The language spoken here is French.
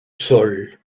sol